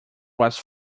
was